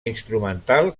instrumental